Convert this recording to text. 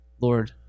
Lord